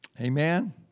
Amen